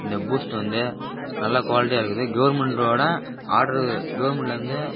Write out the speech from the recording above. இந்த பூஸ்ட் வந்து நல்ல குவாலிட்டியாக இருக்குது கவுர்மெண்ட்டோடய ஆர்டரு கவுர்மெண்ட்லிருந்து